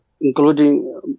including